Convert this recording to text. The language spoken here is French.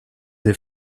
des